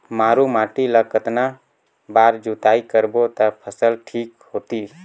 मारू माटी ला कतना बार जुताई करबो ता फसल ठीक होती?